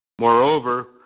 Moreover